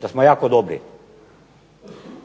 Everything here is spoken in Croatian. da smo jako dobri.